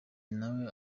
nawe